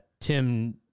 Tim